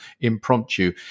impromptu